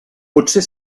potser